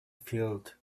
field